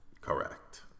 Correct